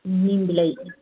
निम बिलाइ